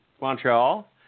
Montreal